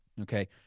Okay